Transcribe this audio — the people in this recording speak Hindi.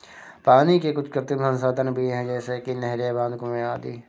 पानी के कुछ कृत्रिम संसाधन भी हैं जैसे कि नहरें, बांध, कुएं आदि